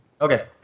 Okay